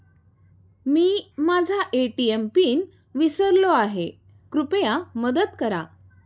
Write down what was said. मी माझा ATM PIN विसरलो आहे, कृपया मदत करा